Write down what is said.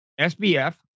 sbf